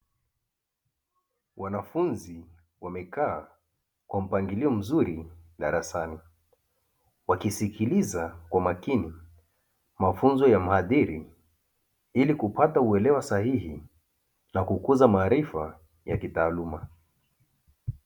Wanafunzi wamekaa kwa mpangilio mzuri darasani, wakisikiliza kwa umakini mafunzo ya mhadhiri, ili kupata uelewa sahihi na kukuza maarifa ya kitaaluma.